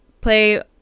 play